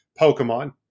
Pokemon